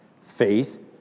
faith